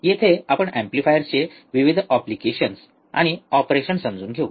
येथे आपण एम्प्लीफायर्सचे विविध एप्लिकेशन्स आणि ऑपरेशन समजून घेऊ